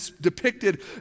depicted